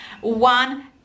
one